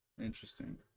Interesting